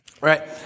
right